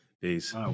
peace